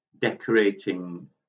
decorating